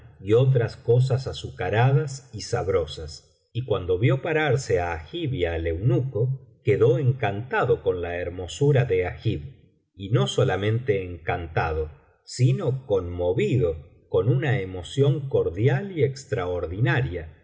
y otras cosas azucaradas y sabrosas y cuando vio pararse á agib y al eunuco quedó encantado con la hermosura de agib y no solamente encantado sino conmovido con una emoción cordial y extraordinaria